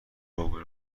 روبه